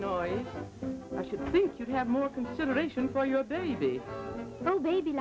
you think you have more consideration for your baby